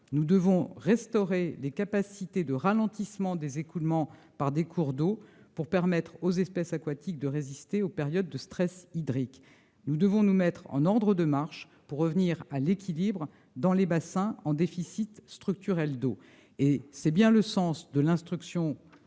Nous devons restaurer des capacités de ralentissement des écoulements par des cours d'eau pour permettre aux espèces aquatiques de résister aux périodes de stress hydrique. Nous devons nous mettre en ordre de marche pour revenir à l'équilibre dans les bassins en déficit structurel d'eau. Tel est bien le sens de l'instruction